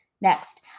next